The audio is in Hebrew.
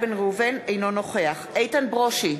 אינו נוכח איתן ברושי,